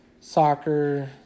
soccer